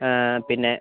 പിന്നെ